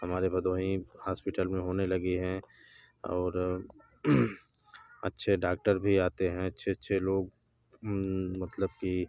हमारे भदोही हॉस्पिटल में होने लगी है और अच्छे डाक्टर भी आते हैं अच्छे अच्छे लोग मतलब कि